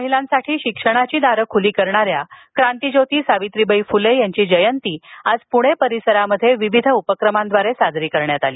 महिलांसाठी शिक्षणाची दारं खुली करणाऱ्या क्रांतीज्योती सावित्रीबाई फुले यांची जयंती आज पुणे परिसरात विविध उपक्रमांद्वारे साजरी करण्यात आली